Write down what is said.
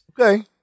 Okay